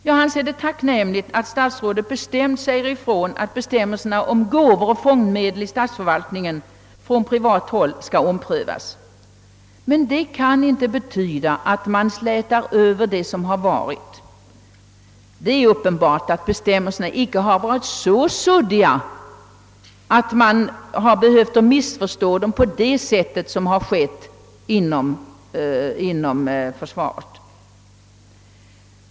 Jag anser det tacknämligt att statsrådet med eftertryck framhåller att bestämmelserna om gåvor och fondmedel i statsförvaltningen från privat håll skall omprövas, Det får dock inte betyda att man slätar över det som varit. Bestämmelserna har uppenbarligen inte varit så suddiga att man behövt missförstå dem på det sätt som skett inom försvaret.